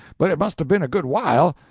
but it must have been a good while,